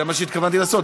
זה מה שהתכוונתי לעשות,